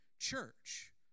church